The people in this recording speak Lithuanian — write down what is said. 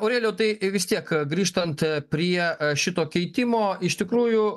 aurelijau tai vis tiek grįžtant prie šito keitimo iš tikrųjų